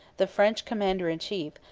the french commander-in-chief,